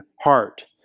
heart